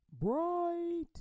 bright